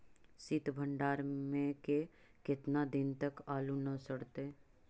सित भंडार में के केतना दिन तक आलू न सड़तै?